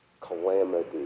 calamity